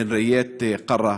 הנרייט קרא.